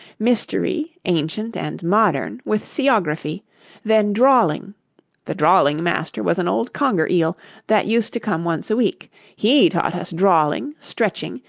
mystery, ancient and modern, with seaography then drawling the drawling-master was an old conger-eel, that used to come once a week he taught us drawling, stretching,